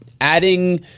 adding